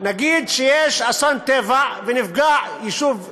נגיד שיש אסון טבע ונפגע יישוב יהודי,